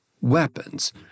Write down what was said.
weapons